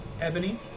Ebony